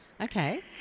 Okay